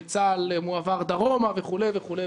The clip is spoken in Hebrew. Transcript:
צה"ל מועבר דרומה וכו'.